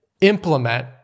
implement